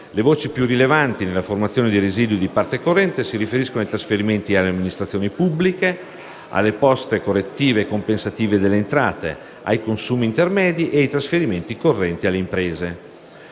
Le voci più rilevanti nella formazione dei residui di parte corrente si riferiscono ai trasferimenti alle amministrazioni pubbliche, alle poste correttive e compensative delle entrate, ai consumi intermedi e ai trasferimenti correnti a imprese.